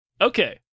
Okay